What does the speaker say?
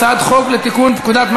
זה לא יכול להיות.